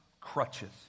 crutches